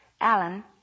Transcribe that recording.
Alan